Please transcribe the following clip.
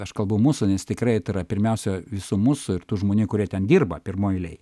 aš kalbu mūsų nes tikrai tai yra pirmiausia visų mūsų ir tų žmonių kurie ten dirba pirmoj eilėj